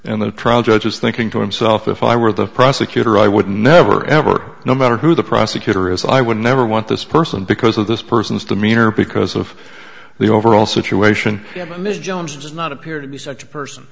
and the trial judge is thinking to himself if i were the prosecutor i would never ever no matter who the prosecutor is i would never want this person because of this person's demeanor because of the overall situation ms jones does not appear to be such a person